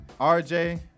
RJ